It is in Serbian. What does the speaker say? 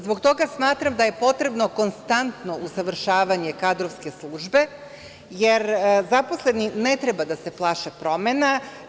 Zbog toga, smatram da je potrebno konstantno usavršavanje kadrovske službe, jer zaposleni ne treba da se plaše promena.